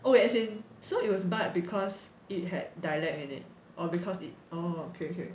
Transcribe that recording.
oh as in so it was barred because it had dialect in it or because it oh okay okay